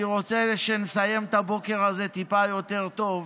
אני רוצה שנסיים את הבוקר הזה טיפה יותר טוב,